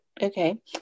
okay